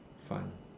fun